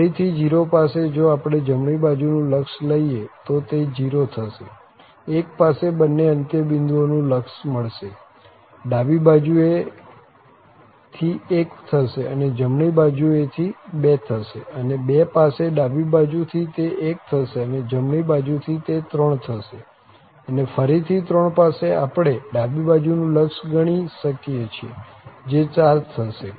ફરી થી 0 પાસે જો આપણે જમણી બાજુનું લક્ષ લઈએ તો તે 0 થશે 1 પાસે બન્ને અંત્ય બિંદુઓનું લક્ષ મળશે ડાબી બાજુ એ થી 1 થશે અને તે જમણી બાજુ થી 2 થશે અને 2 પાસે ડાબી બાજુ થી તે 1 થશે અને જમણી બાજુ થી તે 3 થશે અને ફરી થી 3 પાસે આપણે ડાબી બાજુનું લક્ષ ગણી શકીએ જે 4 થશે